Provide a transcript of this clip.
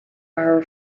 our